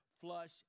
flush